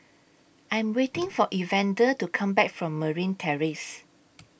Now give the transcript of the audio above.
I'm waiting For Evander to Come Back from Marine Terrace